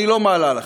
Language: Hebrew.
אני לא מעלה לכם"